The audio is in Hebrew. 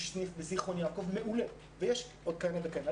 יש סניף מעולה בזכרון יעקב ויש עוד כהנה וכהנה.